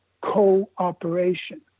cooperation